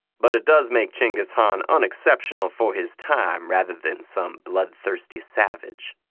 but it does make genghis khan unexceptional for his time rather than some bloodthirsty savage.